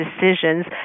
decisions